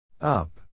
Up